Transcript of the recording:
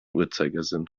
uhrzeigersinn